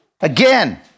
Again